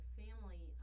family